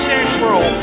Central